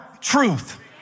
truth